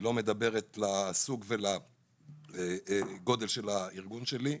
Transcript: לא מדברת לסוג ולגודל של הארגון שלי,